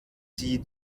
sie